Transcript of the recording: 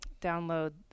download